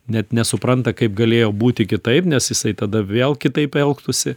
net nesupranta kaip galėjo būti kitaip nes jisai tada vėl kitaip elgtųsi